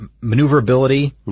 maneuverability